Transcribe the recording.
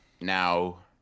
Now